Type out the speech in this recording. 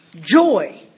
joy